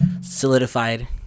solidified